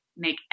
make